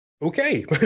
okay